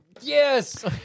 Yes